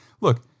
Look